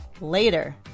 later